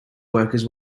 workers